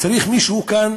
מישהו כאן